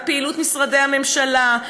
בפעילות משרדי הממשלה,